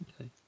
okay